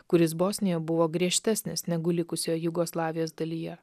kuris bosnijoje buvo griežtesnis negu likusioj jugoslavijos dalyje